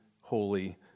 holy